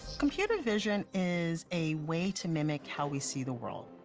computer vision is a way to mimic how we see the world.